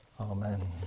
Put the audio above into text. Amen